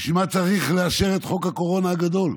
בשביל מה צריך לאשר את חוק הקורונה הגדול.